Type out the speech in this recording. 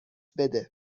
بده